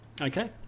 Okay